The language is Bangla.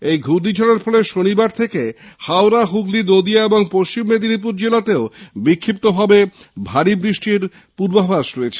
এই ঘূর্ণিঝড়ের ফলে শনিবার থেকে হাওড়া হুগলী নদীয়া এবং পশ্চিম মেদিনীপুর জেলায় বিক্ষিপ্তভাবে ভারী বৃষ্টির পূর্বাভাস রয়েছে